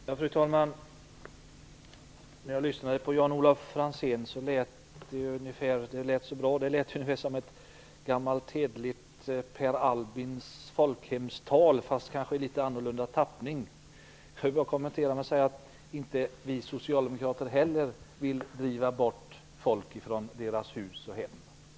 Fru talman! När jag lyssnade på Jan-Olof Franzén tyckte jag att det lät så bra. Det lät ungefär som ett gammalt hederligt folkhemstal av Per Albin, fast kanske i litet annorlunda tappning. Jag vill bara kommentera genom att säga att självfallet inte heller vi socialdemokrater vill driva bort folk från hus och hem.